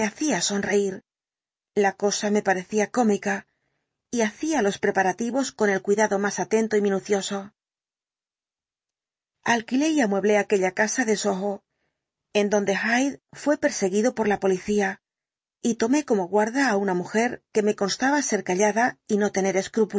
hacía sonreir la cosa me parecía cómica y hacía los preparativos con el cuidado más atento y minucioso alquilé y amueblé aquella casa de soho en donde hyde fué perseguido por la policía y tomé como guarda á una mujer que me constaba ser callada y no tener